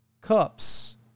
cups